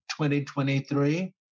2023